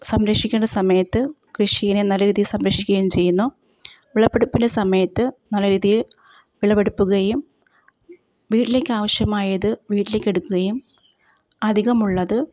സംരക്ഷിക്കേണ്ട സമയത്ത് കൃഷീനെ നല്ല രീതിയിൽ സംരക്ഷിക്കുകയും ചെയ്യുന്നു വിളവെടുപ്പിൻ്റെ സമയത്ത് നല്ല രീതിയിൽ വിളവെടുപ്പുകയും വീട്ടിലേക്ക് ആവശ്യമായത് വീട്ടിലേക്ക് എടുക്കുകയും അധികമുള്ളത്